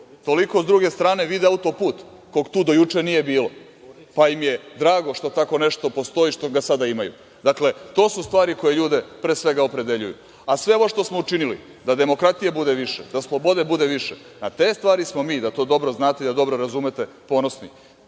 toliko s druge strane vide auto-put kog tu do juče nije bilo, pa im je drago što tako nešto postoji, što ga sada imaju. Dakle, to su stvari koje ljude pre svega opredeljuju. A sve ovo što smo učinili da demokratije bude više, da slobode bude više, na te stvari smo mi, da to dobro znate i da dobro razumete, ponosni.